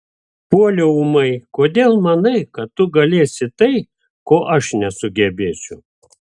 puoliau ūmai kodėl manai kad tu galėsi tai ko aš nesugebėsiu